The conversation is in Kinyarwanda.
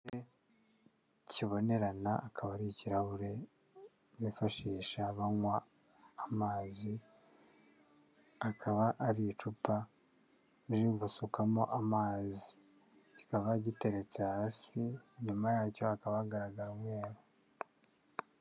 Kibonerana akaba ari ikirahure bifashisha banywa amazi, akaba ari icupa riri gusukamo amazi. Kikaba giteretse hasi inyuma yacyo hakaba hagaragara umweru.